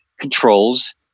controls